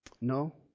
No